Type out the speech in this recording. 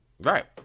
Right